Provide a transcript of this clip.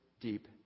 deep